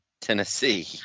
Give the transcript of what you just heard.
Tennessee